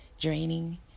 draining